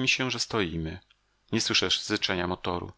mi się że stoimy nie słyszę syczenia motoru